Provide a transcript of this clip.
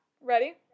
Ready